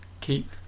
keep